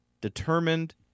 determined